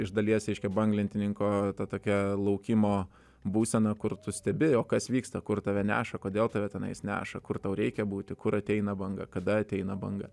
iš dalies reiškia banglentininko ta tokia laukimo būsena kur tu stebi o kas vyksta kur tave neša kodėl tave tenais neša kur tau reikia būti kur ateina banga kada ateina banga